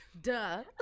Duh